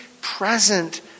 present